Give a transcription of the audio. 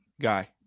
guy